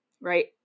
Right